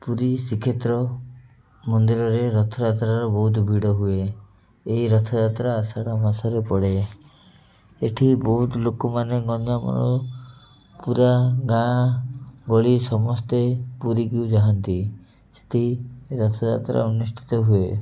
ପୁରୀ ଶ୍ରୀକ୍ଷେତ୍ର ମନ୍ଦିରରେ ରଥଯାତ୍ରାର ବହୁତ ଭିଡ଼ ହୁଏ ଏହି ରଥଯାତ୍ରା ଆଷଡ଼ ମାସରେ ପଡ଼େ ଏଇଠି ବହୁତ ଲୋକମାନେ ପୁରା ଗାଁ ଭଳି ସମସ୍ତେ ପୁରୀକୁ ଯାଆନ୍ତି ସେଇଠି ରଥଯାତ୍ରା ଅନୁଷ୍ଠିତ ହୁଏ